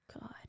God